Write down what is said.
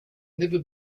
never